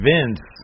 Vince